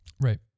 right